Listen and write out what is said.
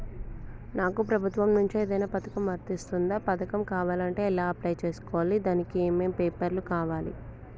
నాకు ప్రభుత్వం నుంచి ఏదైనా పథకం వర్తిస్తుందా? పథకం కావాలంటే ఎలా అప్లై చేసుకోవాలి? దానికి ఏమేం పేపర్లు కావాలి?